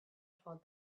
told